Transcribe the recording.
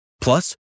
Plus